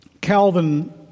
Calvin